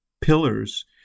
pillars